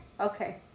Okay